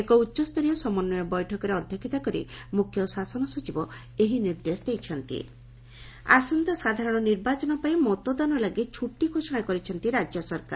ଏକ ଉଚ୍ଚସ୍ତରୀୟ ସମନ୍ୱୟ ବୈଠକରେ ଅଧ୍ଧକ୍ଷତା କରି ମ୍ରଖ୍ୟ ଶାସନ ସଚିବ ଏହି ନିର୍ଦ୍ଦେଶ ଦେଇଛନ୍ତି ମତଦାନ ଛୁଟି ଘୋଷଣା ଆସନ୍ତା ସାଧାରଣ ନିର୍ବାଚନ ପାଇଁ ମତଦାନ ଲାଗି ଛୁଟି ଘୋଷଣା କରିଛନ୍ତି ରାକ୍ୟ ସରକାର